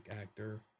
actor